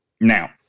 now